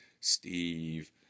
Steve